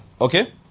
Okay